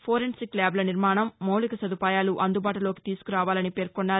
forensic ల్యాబ్ల నిర్మాణం మౌలిక సదుపాయాలు అందుబాటులోకి తీసుకురావాలని పేర్కొన్నారు